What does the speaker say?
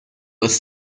ist